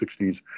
1960s